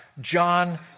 John